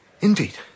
Indeed